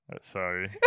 Sorry